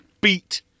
beat